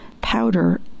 powder